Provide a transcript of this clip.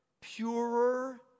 purer